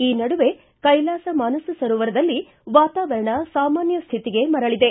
ಈ ನಡುವೆ ಕೈಲಾಸ ಮಾನಸ ಸರೋವರದಲ್ಲಿ ವಾತಾವರಣ ಸಾಮಾನ್ನ ಸ್ವಿತಿಗೆ ಮರಳಿದೆ